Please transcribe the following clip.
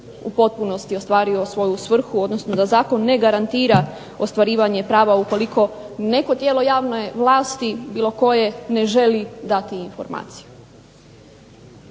u potpunosti ostvario svoju svrhu, odnosno da zakon ne garantira ostvarivanje prava ukoliko neko tijelo javne vlasti ili koje ne želi dati informaciju.